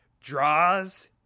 draws